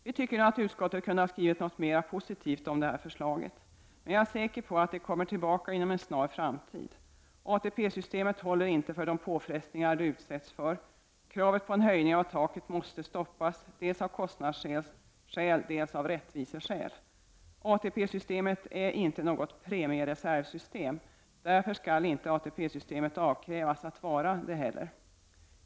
Vi tycker nog att utskottet kunde ha skrivit något mera positivt om detta förslag. Jag är dock säker på att det kommer tillbaka inom en snar framtid. ATP-systemet håller inte för de påfrestningar som det utsätts för. Kravet på en höjning av taket måste stoppas dels av kostnadsskäl, dels av rättviseskäl. ATP-systemet är inte något premiereservsystem, och därför skall inte ATP systemet avkrävas att vara det.